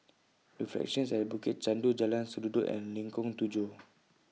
Reflections At Bukit Chandu Jalan Sendudok and Lengkong Tujuh